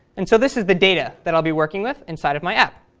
and so this is the data that i'll be working with inside of my app.